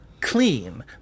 clean